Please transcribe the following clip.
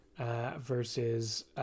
versus